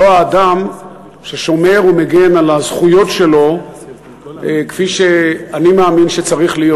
לא האדם ששומר ומגן על הזכויות שלו כפי שאני מאמין שצריך להיות.